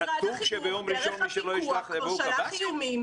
כתוב שביום ראשון מי שלא ישלח יבואו קב"סים?